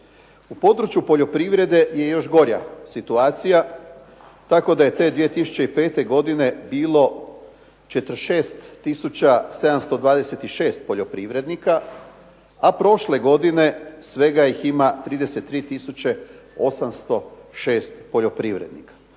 U području poljoprivrede je još gora situacija tako da je te 2005. godine bilo 46 tisuća 726 poljoprivrednika, a prošle godine svega ih ima 33 tisuće 806 poljoprivrednike.